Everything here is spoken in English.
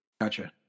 Gotcha